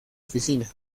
oficina